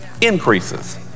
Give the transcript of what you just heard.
increases